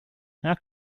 how